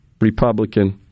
Republican